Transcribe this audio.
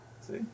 See